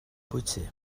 bwyty